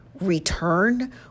return